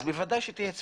אז בוודאי שתהיה צפיפות.